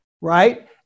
right